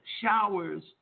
showers